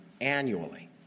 annually